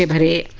pretty